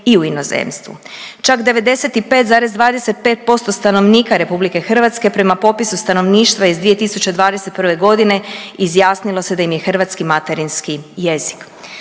i u inozemstvu, čak 95,25% stanovnika RH prema popisu stanovništva iz 2021. godine izjasnilo se da im je hrvatski materinski jezik.